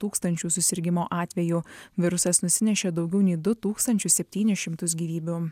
tūkstančių susirgimo atvejų virusas nusinešė daugiau nei du tūkstančius septynis šimtus gyvybių